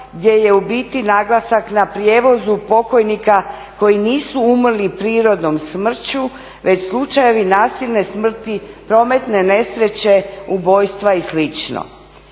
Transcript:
gdje je u biti naglasak na prijevozu pokojnika koji nisu umrli prirodnom smrću već slučajevi nasilne smrti, prometne nesreće, ubojstva i